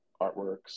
artworks